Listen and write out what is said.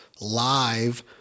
live